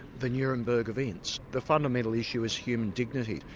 the nuremberg events. the fundamental issue is human dignity.